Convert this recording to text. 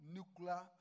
Nuclear